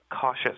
cautious